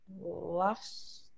last